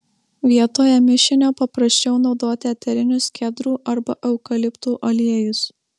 vietoje mišinio paprasčiau naudoti eterinius kedrų arba eukaliptų aliejus